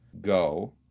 go